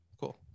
Cool